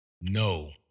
No